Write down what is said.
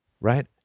Right